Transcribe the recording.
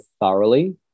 thoroughly